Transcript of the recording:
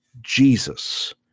Jesus